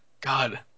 God